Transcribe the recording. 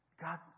God